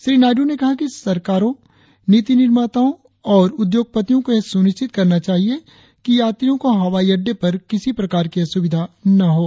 श्री नायडू ने कहा कि सरकारों नीति निर्माताओं और उद्योगपतियों को यह सुनिश्चित करना चाहिए कि यात्रियों को हवाई अड्डे पर किसी प्रकार की असुविधा न हों